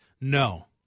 no